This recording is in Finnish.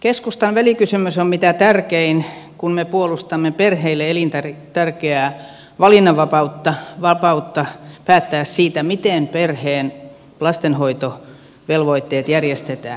keskustan välikysymys on mitä tärkein kun me puolustamme perheille elintärkeää valinnanvapautta vapautta päättää siitä miten perheen lastenhoitovelvoitteet järjestetään